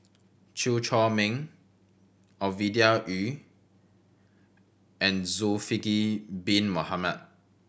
Chew Chor Meng Ovidia Yu and Zulkifli Bin Mohamed